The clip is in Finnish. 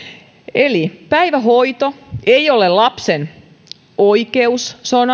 eli päivähoito ei ole lapsen oikeus se on